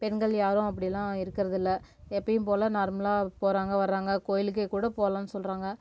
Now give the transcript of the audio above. பெண்கள் யாரும் அப்படிலாம் இருக்கிறதில்ல எப்போயும் போல் நார்மலாக போகிறாங்க வர்றாங்க கோவிலுக்கே கூட போகலான்னு சொல்கிறாங்க